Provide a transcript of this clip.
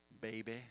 baby